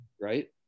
right